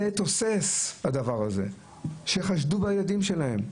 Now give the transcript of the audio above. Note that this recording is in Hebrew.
זה תוסס, הדבר הזה, שחשדו בילדים שלהם.